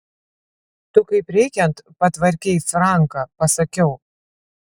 tu kaip reikiant patvarkei franką pasakiau